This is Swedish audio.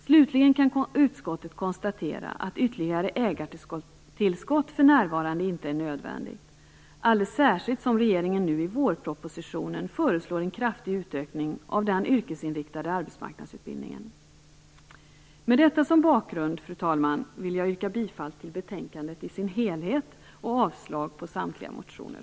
Slutligen kan utskottet konstatera att ytterligare ägartillskott för närvarande inte är nödvändigt, alldeles särskilt som regeringen i vårpropositionen föreslår en kraftig utökning av den yrkesinriktade arbetsmarknadsutbildningen. Med detta som bakgrund, fru talman, vill jag yrka bifall till hemställan i betänkandet och avslag på samtliga motioner.